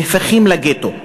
נהפכים לגטו,